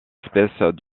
espèce